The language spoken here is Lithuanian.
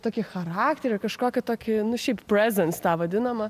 tokį charakterį kažkokį tokį nu šiaip prezens tą vadinamą